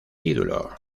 título